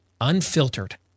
unfiltered